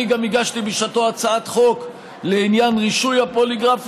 אני גם הגשתי בשעתו הצעת חוק לעניין רישוי הפוליגרף.